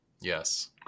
Yes